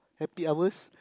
happy hours